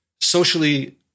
socially